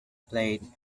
played